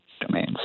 domains